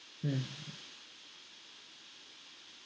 mm